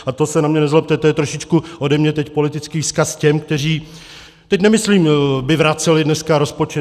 A to se na mě nezlobte, to je trošičku ode mě teď politický vzkaz těm, kteří teď nemyslím by vraceli dneska rozpočet.